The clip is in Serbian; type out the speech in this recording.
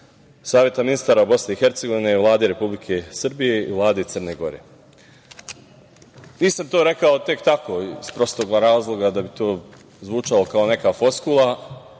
Saveta ministara Bosne i Hercegovine i Vlade Republike Srbije i Vlade Crne Gore. Nisam to rekao tek tako iz prostog razloga da bi to zvučalo kao neka floskula,